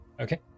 Okay